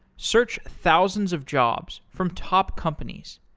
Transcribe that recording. search thousands of jobs from top companies.